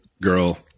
girl